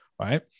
Right